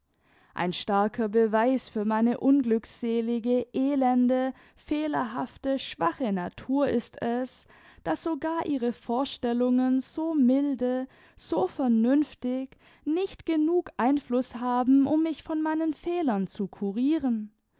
ein starker beweis für meine unglückselig elende fehlerhafte schwache natur ist es daß sogar ihre vorstellungen so milde so vernünftig nicht genug einfluß haben um mich von meinen fehlern zu kurieren